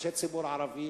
ראשי הציבור הערבי,